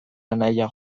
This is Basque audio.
anaia